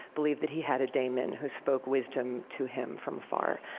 believed that he had a daemon who spoke wisdom to him from afar.